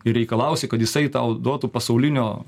ir reikalausi kad jisai tau duotų pasaulinio